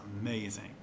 amazing